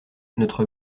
notre